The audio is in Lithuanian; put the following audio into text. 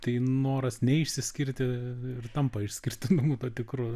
tai noras neišsiskirti ir tampa išskirtinumu tuo tikru